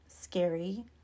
scary